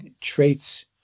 traits